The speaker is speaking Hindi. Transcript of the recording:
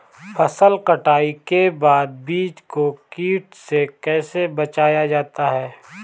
फसल कटाई के बाद बीज को कीट से कैसे बचाया जाता है?